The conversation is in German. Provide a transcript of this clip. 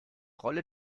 rolle